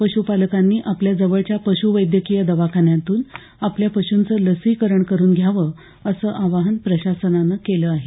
पश्पालकांनी आपल्या जवळच्या पश्वैद्यकीय दवाखान्यातून आपल्या पशूंचं लसीकरण करून घ्यावं असं आवाहन प्रशासनानं केलं आहे